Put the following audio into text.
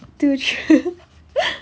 出去